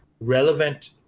relevant